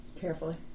Carefully